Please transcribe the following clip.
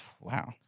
Wow